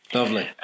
Lovely